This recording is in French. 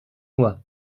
moi